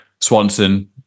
Swanson